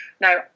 Now